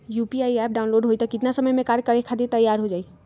UPI app download होई त कितना समय मे कार्य करे खातीर तैयार हो जाई?